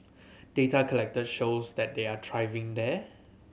data collected shows that they are thriving there